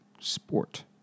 sport